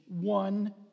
one